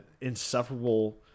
insufferable